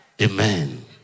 Amen